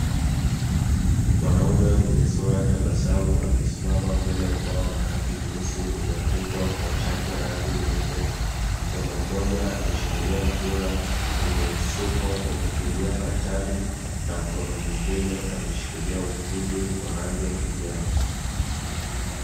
Mwanaume mwenye sura ya tabasamu amesimama mbele ya ubao wa rangi nyeusi ulio andikwa kwa chaki ya rangi nyeupe. Mkono mmoja ameshikilia mpira uliosukwa kwa kutumia katani na mkono mwingine ameshikilia ukili wa rangu ya kijani.